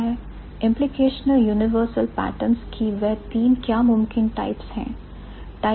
Implicational universal patterns की वह तीन क्या मुमकिन टाइप्स है